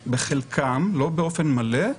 בחלקם, לא באופן מלא,